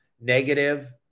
negative